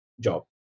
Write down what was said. job